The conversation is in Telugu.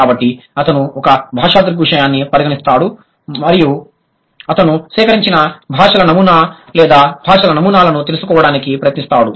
కాబట్టి అతను ఒక భాషా దృగ్విషయాన్ని పరిగణిస్తాడు మరియు అతను సేకరించిన భాషల నమూనా లేదా భాషల నమూనాలను తెలుసుకోవడానికి ప్రయత్నిస్తాడు